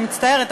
אני מצטערת,